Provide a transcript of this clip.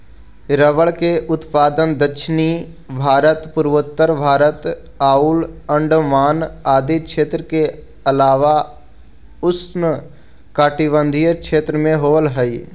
rubber के उत्पादन दक्षिण भारत, पूर्वोत्तर भारत आउ अण्डमान आदि क्षेत्र के अलावा उष्णकटिबंधीय देश में होवऽ हइ